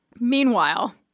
meanwhile